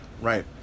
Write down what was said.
Right